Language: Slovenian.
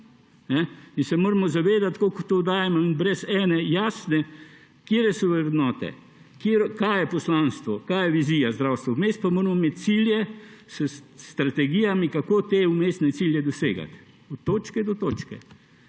Mi se moramo zavedati, koliko dajemo. In brez ene jasne vizije, katere so vrednote, kaj je poslanstvo, kaj je vizija v zdravstvu. Vmes pa moramo imeti cilje s strategijami, kako te vmesne cilje dosegati, od točke do točke.